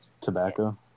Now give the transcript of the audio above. tobacco